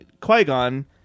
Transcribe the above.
Qui-Gon